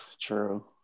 true